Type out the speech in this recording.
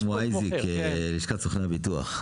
שלמה אייזק, לשכת סוכני הביטוח?